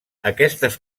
aquestes